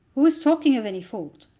who is talking of any fault?